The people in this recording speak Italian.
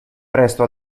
presto